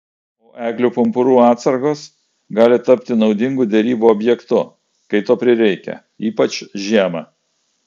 o eglių pumpurų atsargos gali tapti naudingu derybų objektu kai to prireikia ypač žiemą